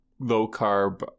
low-carb